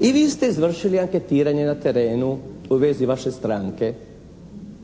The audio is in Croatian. I vi ste izvršili anketiranje na terenu u vezi vaše stranke.